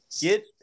Get